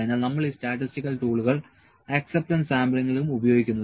അതിനാൽ നമ്മൾ ഈ സ്റ്റാറ്റിസ്റ്റിക്കൽ ടൂളുകൾ അക്സെപ്റ്റൻസ് സാംപ്ലിങിലും ഉപയോഗിക്കുന്നു